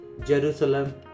Jerusalem